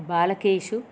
बालकेषु